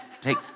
Take